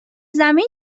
زمین